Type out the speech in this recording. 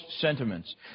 sentiments